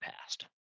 past